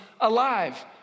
alive